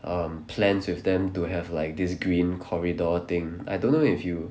um plans with them to have like this green corridor thing I don't know if you